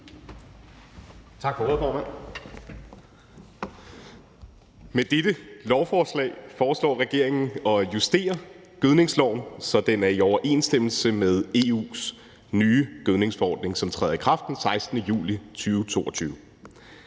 Med dette lovforslag foreslår regeringen at justere gødningsloven, så den er i overensstemmelse med EU's nye gødningsforordning, som træder i kraft den 16. juli 2022.